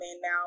now